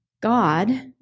God